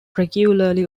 regularly